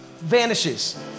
vanishes